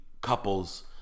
couples